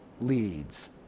leads